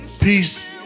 Peace